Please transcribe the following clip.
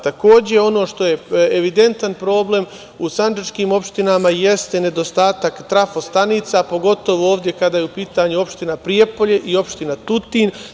Takođe, ono što je evidentan problem u sandžačkim opštinama, jeste nedostatak trafo stanica, pogotovu ovde kada je u pitanju opštine Prijepolje i opština Tutin.